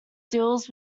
deals